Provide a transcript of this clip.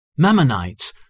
Mammonites